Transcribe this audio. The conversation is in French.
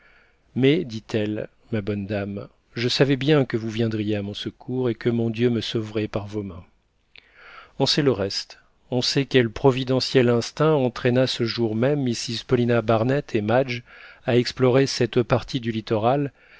mais dit-elle ma bonne dame je savais bien que vous viendriez à mon secours et que mon dieu me sauverait par vos mains on sait le reste on sait quel providentiel instinct entraîna ce jour même mrs paulina barnett et madge à explorer cette partie du littoral